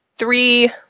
three